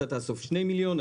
אתה 2 מיליון,